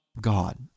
God